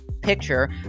picture